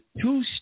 two